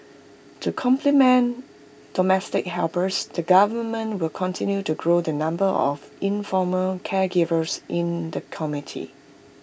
to complement domestic helpers the government will continue to grow the number of informal caregivers in the